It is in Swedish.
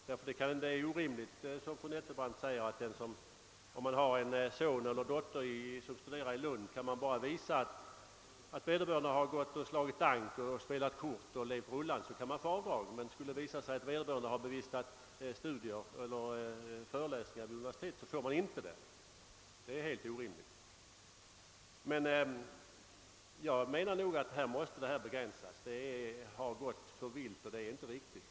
Som fru Nettelbrandt säger är det orimligt att den som har en son eller dotter som studerar i Lund och kan visa att vederbörande bara slår dank, spelar kort och lever rullan får avdrag, medan den vars son eller dotter bevistar föreläsningar vid universitet inte får avdrag. Jag menar att rätten till avdrag för periodiskt understöd måste begränsas. Det har gått till alltför vilt, och det är inte riktigt.